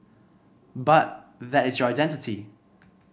but that is your identity